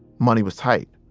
money was tight.